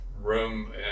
room